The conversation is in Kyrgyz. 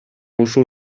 ушул